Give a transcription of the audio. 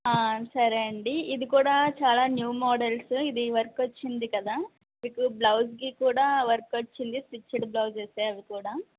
సరే అండి ఇది కూడా చాలా న్యూ మోడల్సు ఇది వర్కొచ్చింది కదా మీకు బ్లౌజ్కి కూడా వర్కొచ్చింది స్టిచ్చెడ్ బ్లౌజెసే అవి కూడా